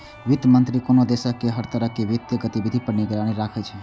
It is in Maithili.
वित्त मंत्री कोनो देशक हर तरह के वित्तीय गतिविधि पर निगरानी राखै छै